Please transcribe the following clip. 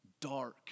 dark